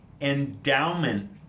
endowment